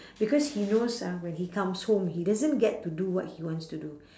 because he knows ah when he comes home he doesn't get to do what he wants to do